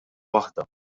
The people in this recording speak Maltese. waħda